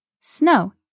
Snow